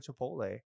Chipotle